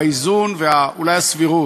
האיזון ואולי הסבירות.